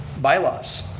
by-laws.